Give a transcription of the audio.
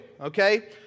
okay